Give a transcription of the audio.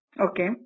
Okay